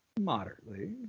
moderately